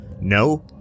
No